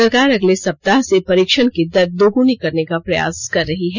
सरकार अगले सप्ताह से परीक्षण की दर दोगुनी करने का प्रयास कर रही है